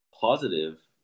positive